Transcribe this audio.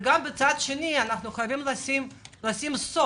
בצד שני, אנחנו חייבים לשים סוף